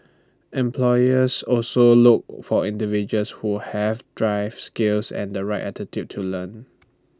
employers also look for individuals who have drive skills and the right attitude to learn